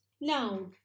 Now